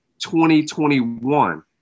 2021